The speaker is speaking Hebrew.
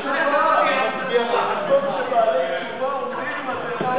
ועדות הכנסת לעניינים מסוימים נתקבלה.